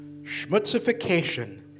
schmutzification